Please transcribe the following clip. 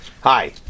Hi